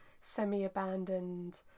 semi-abandoned